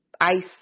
Ice